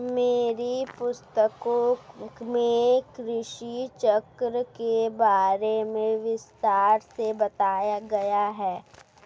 मेरी पुस्तकों में कृषि चक्र के बारे में विस्तार से बताया गया है